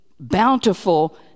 bountiful